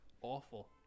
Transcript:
Awful